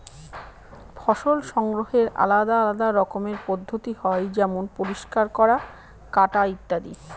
ফসল সংগ্রহের আলাদা আলদা রকমের পদ্ধতি হয় যেমন পরিষ্কার করা, কাটা ইত্যাদি